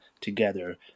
together